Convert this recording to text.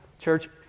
church